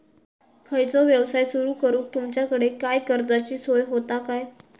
खयचो यवसाय सुरू करूक तुमच्याकडे काय कर्जाची सोय होता काय?